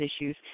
issues